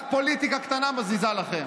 רק פוליטיקה קטנה מזיזה לכם.